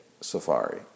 safari